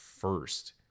first